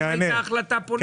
האם הייתה החלטה פוליטית.